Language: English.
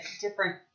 different